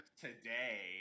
today